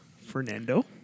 fernando